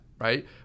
right